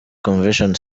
convention